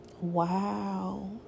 wow